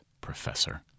Professor